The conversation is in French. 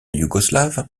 yougoslave